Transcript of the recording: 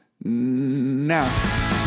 now